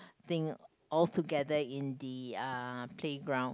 thing altogether in the uh playground